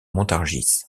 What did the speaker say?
montargis